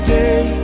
day